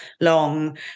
long